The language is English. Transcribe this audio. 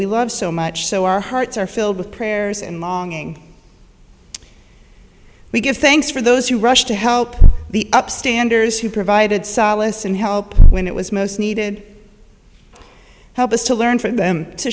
we love so much so our hearts are filled with prayers and longing we give thanks for those who rushed to help the up standers who provided solace and help when it was most needed help us to learn from them to